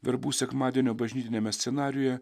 verbų sekmadienio bažnytiniame scenarijuje